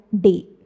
day